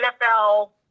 NFL